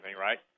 right